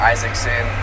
Isaacson